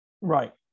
Right